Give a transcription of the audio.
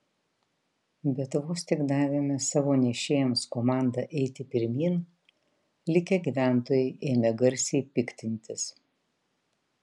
bet vos tik davėme savo nešėjams komandą eiti pirmyn likę gyventojai ėmė garsiai piktintis